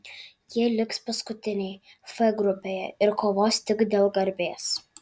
jie liks paskutiniai f grupėje ir kovos tik dėl garbės